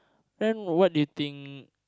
then what do you think